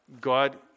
God